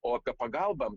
o apie pagalbą